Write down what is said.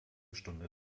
stunde